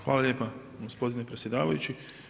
Hvala lijepa gospodine predsjedavajući.